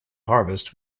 harvest